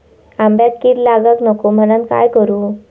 आंब्यक कीड लागाक नको म्हनान काय करू?